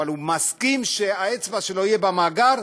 אבל הוא מסכים שהאצבע שלו תהיה במאגר,